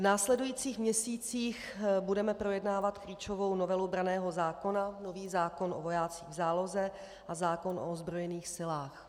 V následujících měsících budeme projednávat klíčovou novelu branného zákona, nový zákon o vojácích v záloze a zákon o ozbrojených silách.